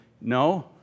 no